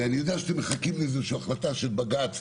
ואני יודע שאתם מחכים לאיזושהי החלטה של בג"ץ,